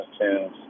tunes